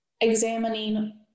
examining